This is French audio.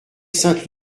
sainte